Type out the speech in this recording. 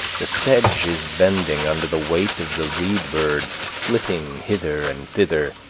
the sedge is bending under the weight of the reed-birds flitting hither and thither